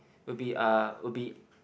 will be uh will be